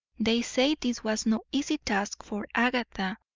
they say this was no easy task for agatha,